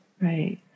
right